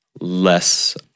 less